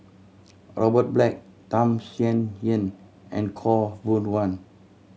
Robert Black Tham Sien Yen and Khaw Boon Wan